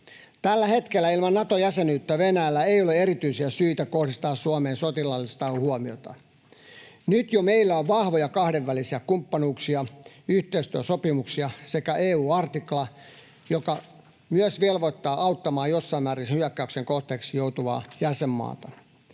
Tällä hetkellä ilman Nato-jäsenyyttä Venäjällä ei ole erityisiä syitä kohdistaa Suomeen sotilaallista huomiota. Jo nyt meillä on vahvoja kahdenvälisiä kumppanuuksia, yhteistyösopimuksia sekä EU-artikla, joka myös velvoittaa auttamaan jossain määrin hyökkäyksen kohteeksi joutuvaa jäsenmaata.